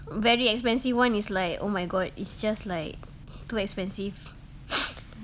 very expensive [one] is like oh my god it's just like too expensive